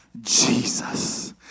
Jesus